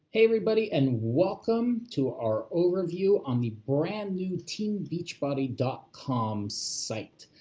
everybody, and welcome to our overview on the brand new teambeachbody dot com site.